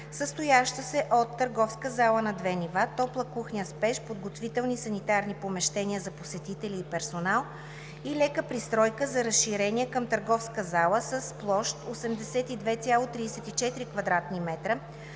състояща се от търговска зала на две нива, топла кухня с пещ, подготвителни, санитарни помещения за посетители и персонал и лека пристройка за разширение към търговска зала с площ 82,34 кв. м,